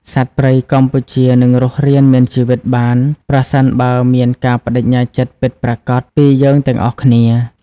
សត្វព្រៃកម្ពុជានឹងរស់រានមានជីវិតបាន ប្រសិនបើមានការប្តេជ្ញាចិត្តពិតប្រាកដពីយើងទាំងអស់គ្នា។